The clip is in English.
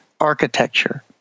architecture